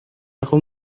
aku